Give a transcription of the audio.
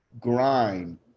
grind